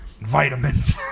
Vitamins